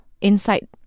inside